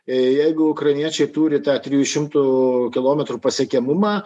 jeigu ukrainiečiai turi tą trijų šimtų kilometrų pasiekiamumą